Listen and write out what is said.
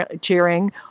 cheering